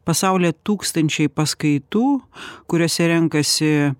pasaulyje tūkstančiai paskaitų kuriose renkasi